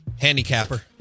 handicapper